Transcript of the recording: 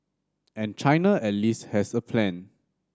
and China at least has a plan